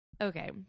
okay